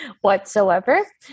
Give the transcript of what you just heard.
whatsoever